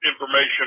information